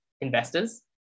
investors